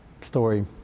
story